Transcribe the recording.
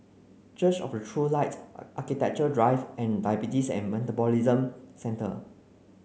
Church of the True Light Architecture Drive and Diabetes and Metabolism Centre